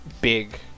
Big